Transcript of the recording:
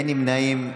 אין נמנעים.